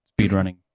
speedrunning